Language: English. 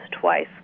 twice